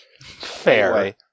Fair